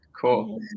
Cool